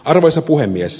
arvoisa puhemies